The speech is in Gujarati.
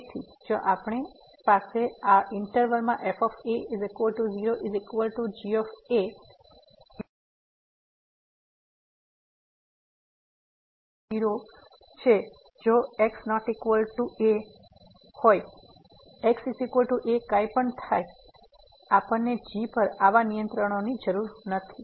તેથી જો આપણી પાસે આ ઈન્ટરવલ માં f 0 g અને gx≠0 છે જો x ≠ a x a કાંઈ પણ થાય આપણને g પર આવા નિયંત્રણોની જરૂર નથી